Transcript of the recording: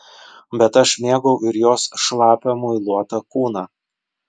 bet aš mėgau ir jos šlapią muiluotą kūną